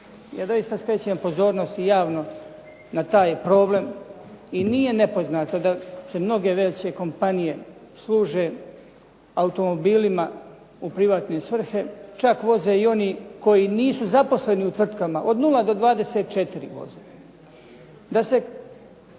Ja doista skrećem pozornost i javno na taj problem i nije nepoznato da se mnoge veće kompanije služe automobilima u privatne svrhe, čak voze i oni koji nisu zaposleni u tvrtkama, od 0 do 24 voze.